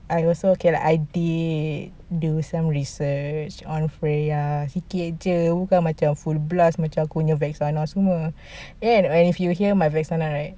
I also can like ideate do some research on freya sikit jer bukan macam full blast macam aku punya vexana semua yet if you hear my vexana right